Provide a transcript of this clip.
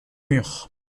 mur